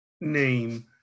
name